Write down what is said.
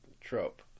trope